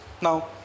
now